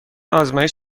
آزمایش